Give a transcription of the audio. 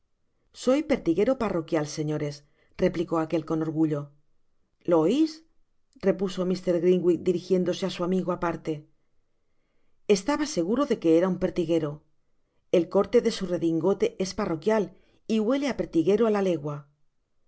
soy pertiguero parroquial señores replicó aquel con orgullo lo ois repuso mr grimwig dirijiéndoseá su amigo aparte estaba seguro de que era un pertiguero el corte de su redingote es parroquial y huele á pertiguero cá la legua